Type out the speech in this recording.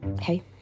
Hey